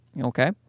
okay